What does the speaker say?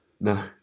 No